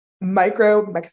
micro